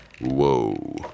Whoa